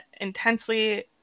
intensely